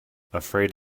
afraid